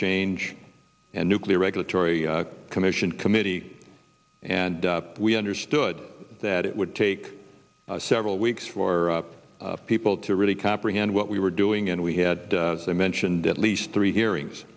change and nuclear regulatory commission committee and we understood that it would take several weeks for people to really comprehend what we were doing and we had i mentioned at least three hearings